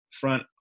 front